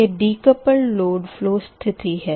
यह decoupled load flow स्तिथि है